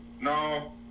No